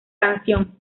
canción